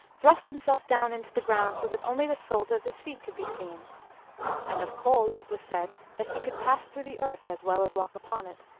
thrust him self down into the ground, so that only the soles of his feet could be seen and of kol it was said that he could pass through the earth as well as walk upon it.